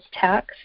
tax